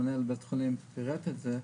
מנהל בית החולים פירט את זה,